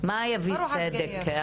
תהיי בריאה.